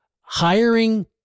hiring